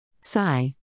Sigh